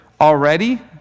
already